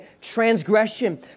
transgression